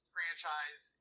franchise